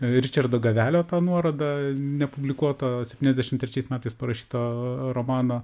ričardo gavelio tą nuorodą nepublikuotą septyniasdešim trečiais metais parašyto romano